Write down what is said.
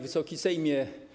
Wysoki Sejmie!